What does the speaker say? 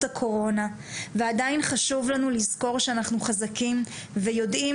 הקורונה ועדיין חשוב לנו לזכור שאנחנו חזקים ויודעים